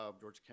George